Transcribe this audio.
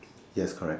yes correct